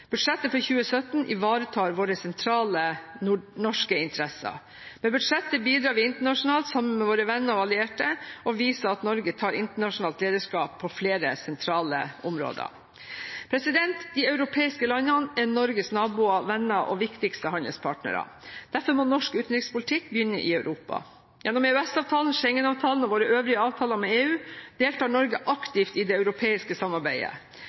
Budsjettet for 2017 ivaretar våre sentrale norske interesser. Med budsjettet bidrar vi internasjonalt sammen med våre venner og allierte – og viser at Norge tar internasjonalt lederskap på flere sentrale områder. De europeiske landene er Norges naboer, venner og viktigste handelspartnere. Derfor må norsk utenrikspolitikk begynne i Europa. Gjennom EØS-avtalen, Schengen-avtalen og våre øvrige avtaler med EU deltar Norge aktivt i det europeiske samarbeidet.